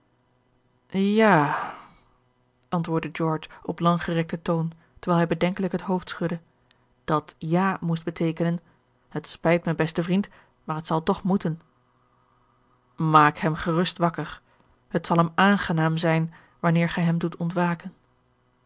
ja antwoordde george op langgerekten toon terwijl hij bedenkelijk het hoofd schudde dat ja moest beteekenen t spijt me beste vriend maar het zal toch moeten maak hem gerust wakker het zal hem aangenaam zijn wanneer gij hem doet ontwaken